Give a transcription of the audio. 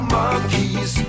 monkeys